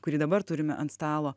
kurį dabar turime ant stalo